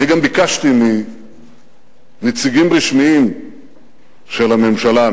אני גם ביקשתי מנציגים רשמיים של הממשלה,